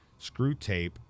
Screwtape